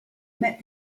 met